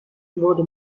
wurde